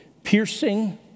Piercing